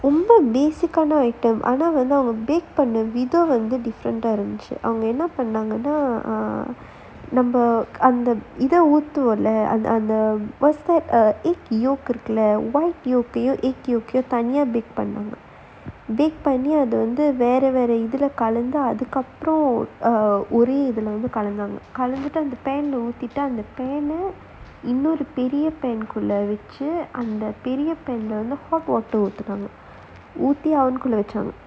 ரொம்ப:romba basic item ஆனா வந்து அவன் பண்ணுன விதம் வந்து இருந்துச்சு அவங்க என்ன பண்ணுனாங்கன்னா நம்ம அந்த இத ஊத்துவம்ல அந்த இருக்குள்ள பண்ணாங்க:aanaa vanthu avan pannunaa vitham vanthu irunthuchu avanga enna pannunaangannaa namma antha itha oothuvamla antha irukulla pannaanaga dig பண்ணி அத வந்து வேற வேற இதுல கலந்து அதுக்கு அப்புறம் ஒரே இதுல கலந்தாங்க கலந்துட்டு அந்த ஊத்திட்டு அந்த இன்னொரு பெரிய உள்ள வச்சு அந்த பெரிய ஊத்துனாங்க ஊத்தி:panni atha vera vera ithula kalanthu athukku appuram orae ithula kalanthaanga kalanthuttu antha oothittu antha innoru periya ulla antha periya oothunaanga oothi oven குள்ள வச்சாங்க:kulla vachaanga